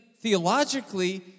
theologically